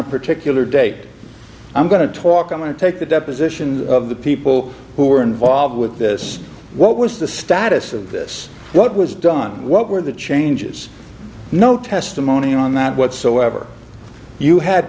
a particular date i'm going to talk i'm going to take the deposition of the people who were involved with this what was the status of this what was done what were the changes no testimony on that whatsoever you had